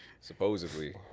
supposedly